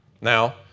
Now